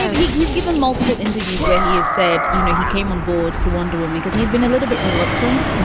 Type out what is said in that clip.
and he's given multiple interviews where he has said, you know, he came on board to wonder with me because he'd been a little bit reluctant.